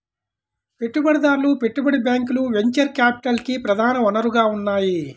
పెట్టుబడిదారులు, పెట్టుబడి బ్యాంకులు వెంచర్ క్యాపిటల్కి ప్రధాన వనరుగా ఉన్నాయి